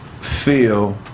feel